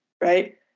right